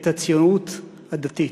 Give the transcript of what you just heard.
את הציונות הדתית,